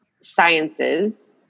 sciences